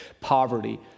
Poverty